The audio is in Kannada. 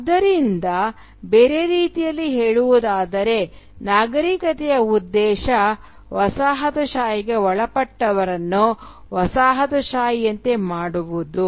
ಆದ್ದರಿಂದ ಬೇರೆ ರೀತಿಯಲ್ಲಿ ಹೇಳುವುದಾದರೆ ನಾಗರಿಕತೆಯ ಉದ್ದೇಶ ವಸಾಹತುಶಾಹಿಗೆ ಒಳಪಟ್ಟವರನ್ನು ವಸಾಹತುಶಾಹಿಯಂತೆ ಮಾಡುವುದು